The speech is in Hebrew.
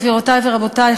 גבירותי ורבותי,